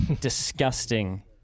Disgusting